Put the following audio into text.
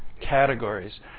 categories